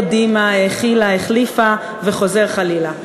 היא הרדימה, האכילה, החליפה וחוזר חלילה.